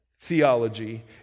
theology